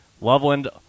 Loveland